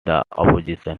opposition